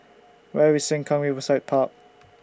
Where IS Sengkang Riverside Park